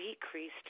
decreased